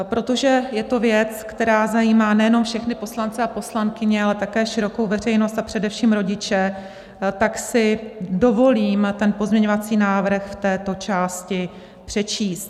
Protože je to věc, která zajímá nejenom všechny poslance a poslankyně, ale také širokou veřejnost a především rodiče, tak si dovolím ten pozměňovací návrh v této části přečíst.